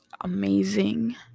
amazing